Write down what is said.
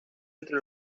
entre